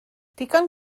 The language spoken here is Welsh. digon